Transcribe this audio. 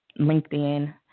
LinkedIn